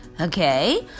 Okay